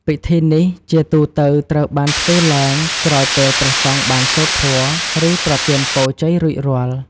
ពិធីនេះជាទូទៅត្រូវបានធ្វើឡើងក្រោយពេលព្រះសង្ឃបានសូត្រធម៌ ឬប្រទានពរជ័យរួចរាល់។